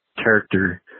character